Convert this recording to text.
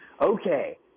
Okay